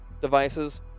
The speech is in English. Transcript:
devices